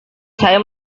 saya